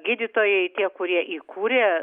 gydytojai tie kurie įkūrė